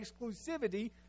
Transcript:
exclusivity